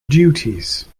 duties